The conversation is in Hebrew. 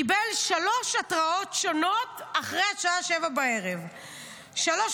קיבל שלוש התראות שונות אחרי השעה 19:00. שלוש